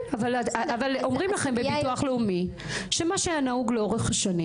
אבל אומרים לכם בביטוח לאומי שמה שהיה נהוג לאורך השנים,